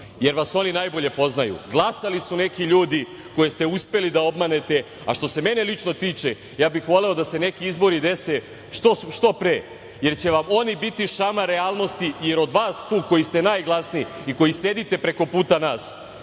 jer vas oni najbolje poznaju. Glasali su neki ljudi koje ste uspeli da obmanete, a što se mene lično tiče ja bih voleo da se neki izbori dese što pre, jer će vam oni biti šamar realnosti, jer od vas tu koji ste najglasniji i koji sedite prekoputa nas